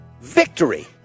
Victory